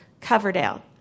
Coverdale